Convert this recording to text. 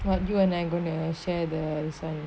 what you and I'm gonna share the